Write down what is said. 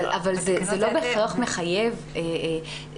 אני --- אבל זה לא בהכרח מחייב לעשות